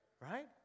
Right